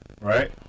Right